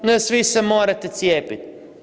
No svi se morate cijepiti.